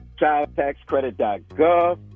childtaxcredit.gov